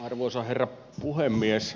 arvoisa herra puhemies